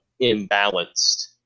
imbalanced